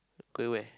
going where